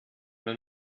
man